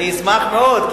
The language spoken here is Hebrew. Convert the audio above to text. אני אשמח מאוד,